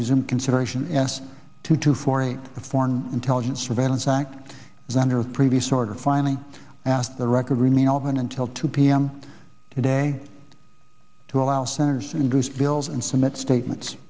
resume consideration s two two four eight foreign intelligence surveillance act as under previous order finally asked the record remain open until two p m today to allow senators and boost bills and submit statements